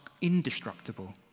indestructible